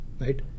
right